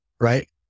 right